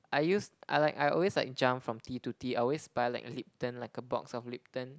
I use I like I always like jump from tea to tea I always buy like Lipton like a box of Lipton